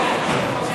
חוץ-בנקאיות (תיקון מס' 5) (תיקון)